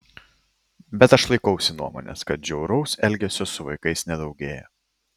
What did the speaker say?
bet aš laikausi nuomonės kad žiauraus elgesio su vaikais nedaugėja